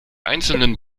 einzelnen